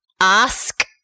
ask